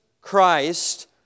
Christ